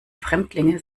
fremdlinge